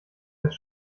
als